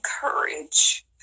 courage